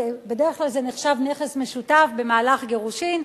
בדרך כלל זה נחשב נכס משותף במהלך גירושין,